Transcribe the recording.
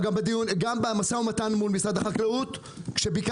גם במשא ומתן מול משרד החקלאות כשביקשנו